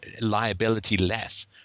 liability-less